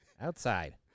Outside